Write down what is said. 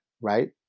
right